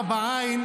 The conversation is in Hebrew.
אתה תצביע?